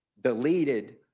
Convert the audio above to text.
deleted